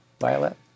Violet